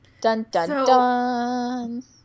Dun-dun-dun